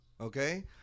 Okay